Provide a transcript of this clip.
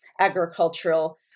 agricultural